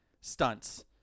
stunts